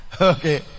Okay